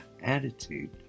attitude